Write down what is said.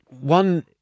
One